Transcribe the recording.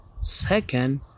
second